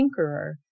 tinkerer